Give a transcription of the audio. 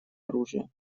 оружия